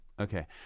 Okay